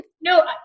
No